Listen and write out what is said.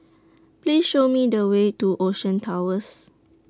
Please Show Me The Way to Ocean Towers